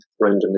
randomly